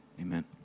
amen